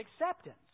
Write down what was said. acceptance